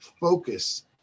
focus